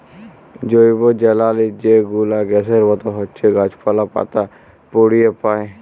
জৈবজ্বালালি যে গুলা গ্যাসের মত হছ্যে গাছপালা, পাতা পুড়িয়ে পায়